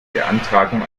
beantragung